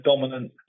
dominant